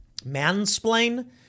Mansplain